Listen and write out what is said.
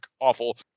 awful